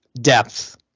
depth